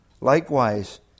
Likewise